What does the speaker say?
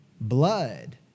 blood